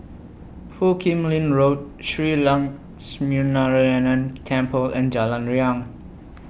Foo Kim Lin Road Shree Lakshminarayanan Temple and Jalan Riang